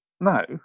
No